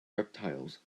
reptiles